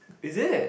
is it